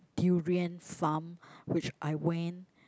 durian farm which I went